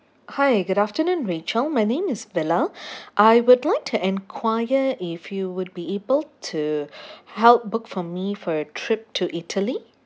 hi good afternoon rachel my name is vila I would like to enquire if you would be able to help book for me for a trip to italy